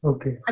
Okay